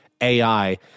AI